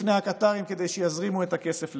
בפני הקטרים כדי שיזרימו את הכסף לעזה.